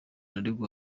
arangwa